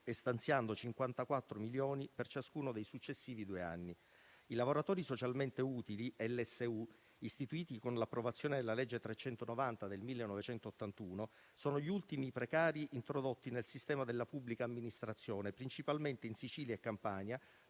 e stanziando 54 milioni per ciascuno dei successivi due anni. I lavoratori socialmente utili (LSU), istituiti con l’approvazione della legge 24 luglio 1981, n. 390, sono gli ultimi precari introdotti nel sistema della pubblica amministrazione, principalmente in Sicilia e Campania,